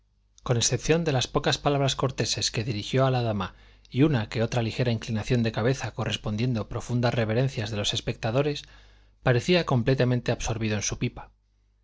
con excepción de las pocas palabras corteses que dirigió a la dama y una que otra ligera inclinación de cabeza correspondiendo profundas reverencias de los espectadores parecía completamente absorbido en su pipa